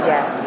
Yes